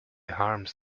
harms